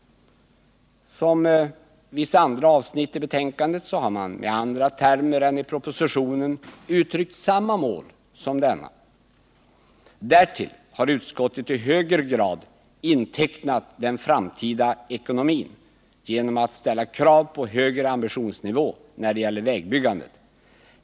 Såsom på vissa andra avsnitt i betänkandet har man med andra termer än i propositionen uttryckt samma mål som i denna. Därtill har utskottet i högre grad intecknat den framtida ekonomin genom att ställa krav på högre ambitionsnivå när det gäller vägbyggandet.